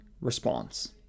response